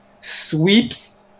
sweeps